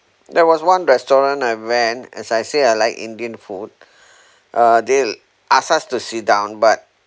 there was one restaurant I went as I say I like indian food uh they'll ask us to sit down but